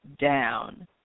down